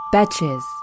Betches